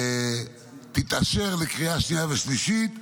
ותתאשר לקריאה שנייה ושלישית.